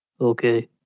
Okay